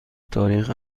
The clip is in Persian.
تاریخ